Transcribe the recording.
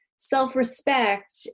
self-respect